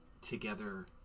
together